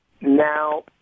now